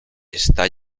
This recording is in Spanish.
está